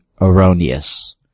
erroneous